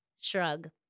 shrug